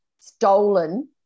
stolen